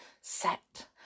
set